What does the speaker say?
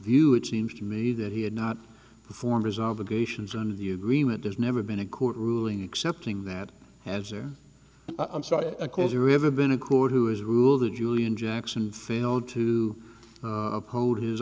view it seems to me that he had not performed his obligations under the agreement there's never been a court ruling accepting that has or i'm sorry it occurred there ever been a court who has ruled that julian jackson failed to to uphold his